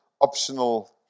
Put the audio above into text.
optional